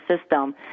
system